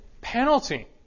penalty